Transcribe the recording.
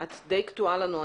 את די קטועה לנו.